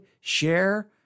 share